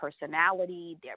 personality